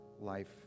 life